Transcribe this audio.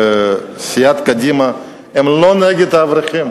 סיעת קדימה לא נגד האברכים,